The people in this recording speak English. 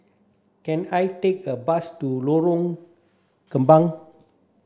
can I take a bus to Lorong Kembang